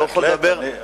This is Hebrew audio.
אני לא יכול לדבר בשם,